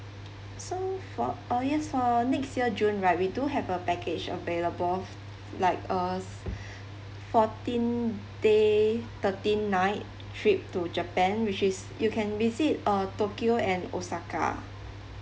so for oh yes for next year june right we do have a package available f~ like uh s~ fourteen day thirteen night trip to japan which is you can visit uh tokyo and osaka